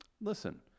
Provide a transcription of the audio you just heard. Listen